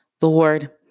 Lord